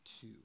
two